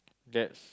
that's